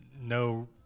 no